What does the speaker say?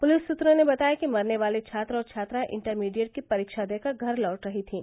police सूत्रों ने बताया कि मरने वाले छात्र और छात्रायें इण्टरमीडिएट की परीक्षा देकर घर लौट रही थीं